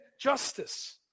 justice